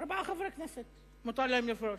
ארבעה חברי כנסת מותר להם לפרוש.